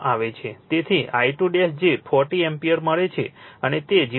તેથી I2 જે 40 ampere મળે છે અને તે 0